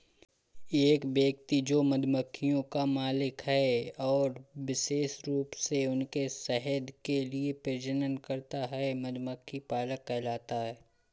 एक व्यक्ति जो मधुमक्खियों का मालिक है और विशेष रूप से उनके शहद के लिए प्रजनन करता है, मधुमक्खी पालक कहलाता है